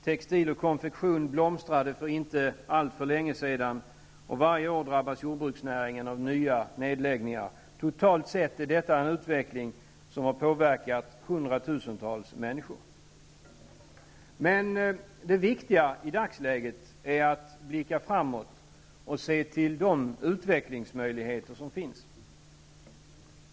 Textil och konfektion blomstrade för inte alltför länge sedan. Varje år drabbas jordbruksnäringen av nya nedläggningar. Totalt sett är detta en utveckling som påverkat hundratusentals människor. Men det viktiga i dagsläget är att blicka framåt och se till de utvecklingsmöjligheter som finns.